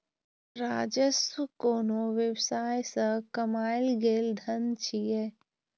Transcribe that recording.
राजस्व कोनो व्यवसाय सं कमायल गेल धन छियै